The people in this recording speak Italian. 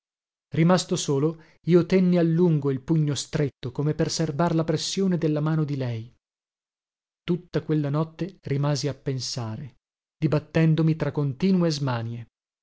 rimasto solo io tenni a lungo il pugno stretto come per serbar la pressione della mano di lei tutta quella notte rimasi a pensare dibattendomi tra continue smanie